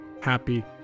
happy